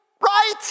Right